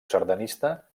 sardanista